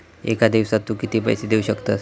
एका दिवसात तू किती पैसे देऊ शकतस?